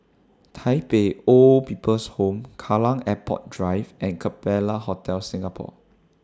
Tai Pei Old People's Home Kallang Airport Drive and Capella Hotel Singapore